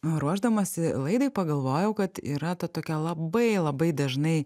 ruošdamasi laidai pagalvojau kad yra ta tokia labai labai dažnai